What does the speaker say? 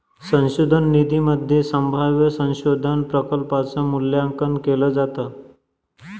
संशोधन निधीमध्ये संभाव्य संशोधन प्रकल्पांच मूल्यांकन केलं जातं